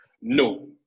No